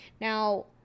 now